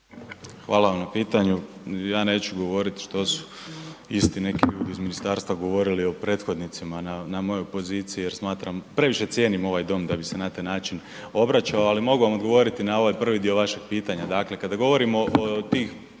Hvala vam na pitanju. Ja neću govoriti što su isti neki ljudi iz ministarstva govorili o prethodnicima na mojoj poziciji jer previše cijenim ovaj dom da bi se na taj način obraćao ali mogu vam odgovoriti na ovaj prvi dio vašeg pitanja.